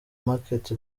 market